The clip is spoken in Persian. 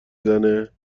زنه